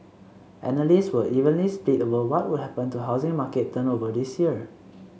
analysts were evenly split over what would happen to housing market turnover this year